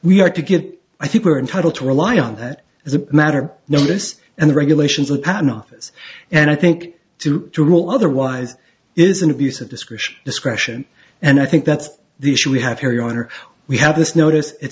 we are to get i think we're entitled to rely on that as a matter notice and the regulations of the patent office and i think to rule otherwise is an abuse of discretion discretion and i think that's the issue we have here your honor we have this notice it